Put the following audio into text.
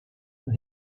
and